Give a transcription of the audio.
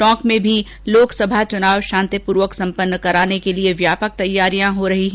टोंक में भी लोकसभा चुनाव शांतिपूर्वक सम्पन्न कराने के लिए व्यापक तैयारियां की जा रही हैं